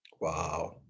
Wow